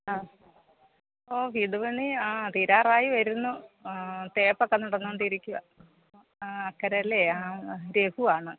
അ ഓ വീടുപണി ആ തീരാറായി വരുന്നു തേപ്പൊക്കെ നടന്നോണ്ടിരിക്കുവാണ് അക്കരേലെ ആ രഘുവാണ്